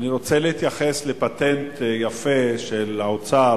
אני רוצה להתייחס לפטנט יפה של האוצר